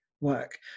work